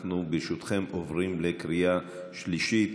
ברשותכם, אנחנו עוברים לקריאה שלישית.